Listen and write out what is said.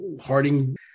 Harding